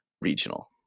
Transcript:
regional